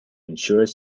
ensure